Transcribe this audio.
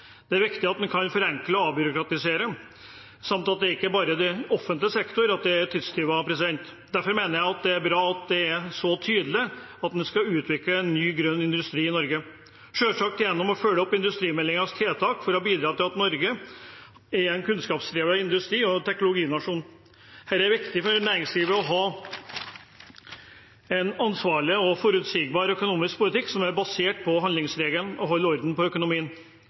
Det er viktig at vi kan forenkle og avbyråkratisere, og det er ikke bare i offentlig sektor det er tidstyver. Derfor mener jeg det er bra at det er så tydelig at vi skal utvikle en ny grønn industri i Norge, selvsagt gjennom å følge opp industrimeldingens tiltak for å bidra til at Norge er en kunnskapsdrevet industri- og teknologinasjon. Her er det viktig for næringslivet å ha en ansvarlig og forutsigbar økonomisk politikk som er basert på handlingsregelen og holder orden på økonomien.